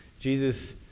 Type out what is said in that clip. Jesus